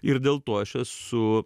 ir dėl to aš esu